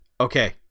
okay